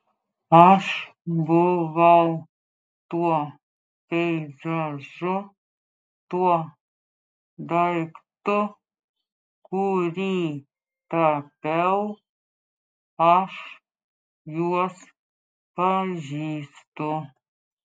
aš buvau tuo peizažu tuo daiktu kurį tapiau aš juos pažįstu